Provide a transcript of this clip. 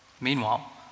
Meanwhile